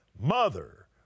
mother